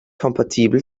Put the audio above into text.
kompatibel